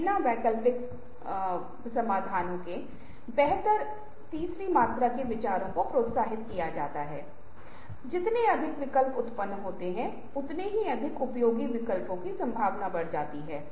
एक बार pool box खोलने के बाद जहा कोई नाम नहीं हैं कोई नहीं जानता कि विचार किससे आते हैं यह शर्मीला व्यक्ति भी खुद को व्यक्त करता है और अंत में आप इस विचारों पर चर्चा शुरू करते हैं